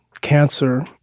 cancer